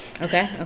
okay